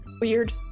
weird